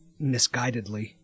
misguidedly